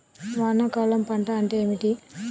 వానాకాలం పంట అంటే ఏమిటి?